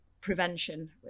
prevention